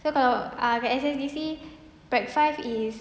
so kalau ah kat S_S_D_C prac five is